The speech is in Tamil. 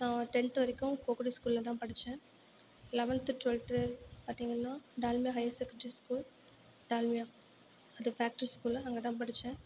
நான் டென்த்து வரைக்கும் கோக்குடி ஸ்கூல்லதான் படித்தேன் லெவன்த்து டுவெல்த்து பார்த்திங்கன்னா Dalmia higher secondary school Dalmia அது ஃபேக்ட்ரி ஸ்கூல் அங்கேதான் படித்தேன்